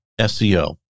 SEO